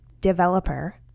developer